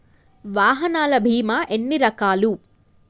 వాహనాల బీమా ఎన్ని రకాలు?